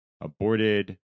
aborted